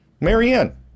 Marianne